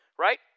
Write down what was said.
right